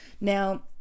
Now